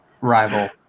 rival